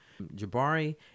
jabari